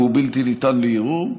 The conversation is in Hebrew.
והוא בלתי ניתן לערעור,